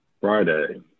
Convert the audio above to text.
Friday